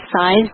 size